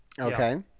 okay